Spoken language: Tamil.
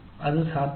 அது சாத்தியம்